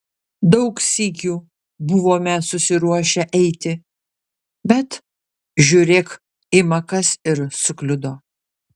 daug sykių buvome susiruošę eiti bet žiūrėk ima kas ir sukliudo